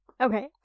okay